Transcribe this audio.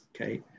okay